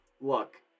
look